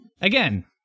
Again